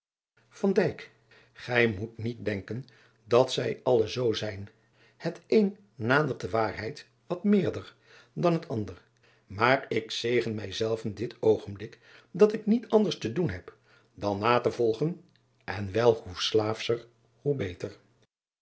ij moet niet denken dat zij alle zoo zijn het een nadert de waarheid wat meerder dan het ander maar ik zegen mij zelven dit oogenblik dat ik niet anders te doen heb dan na te volgen en wel hoe slaafscher hoe beter